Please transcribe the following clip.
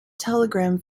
telegram